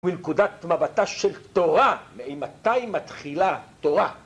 ‫מנקודת מבטה של תורה. ‫ממתי מתחילה תורה?